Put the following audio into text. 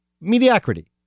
mediocrity